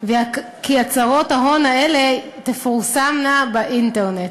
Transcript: וכי הצהרות ההון האלה תפורסמנה באינטרנט.